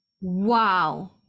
Wow